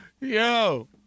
Yo